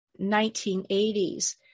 1980s